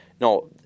no